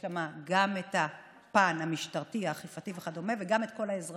יש שם גם פן משטרתי, אכיפתי וכדומה וגם אזרחי